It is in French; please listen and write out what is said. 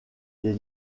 des